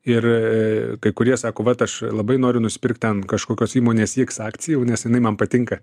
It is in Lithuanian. ir kai kurie sako vat aš labai noriu nusipirkt ten kažkokios įmonės x akcijų nes jinai man patinka